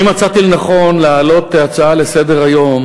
אני מצאתי לנכון להעלות הצעה לסדר-היום